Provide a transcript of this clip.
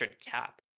cap